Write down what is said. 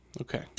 okay